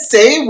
Say